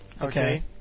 Okay